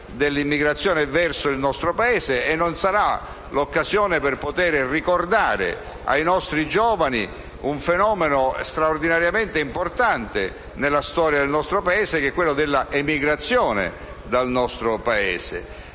dell'immigrazione verso il nostro Paese e non sarà l'occasione per poter ricordare ai nostri giovani un fenomeno straordinariamente importante nella nostra storia, che è quello dell'emigrazione italiana.